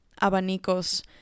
abanicos